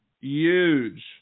huge